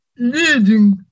Leading